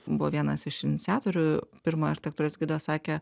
buvo vienas iš iniciatorių pirmojo architektūros gido sakė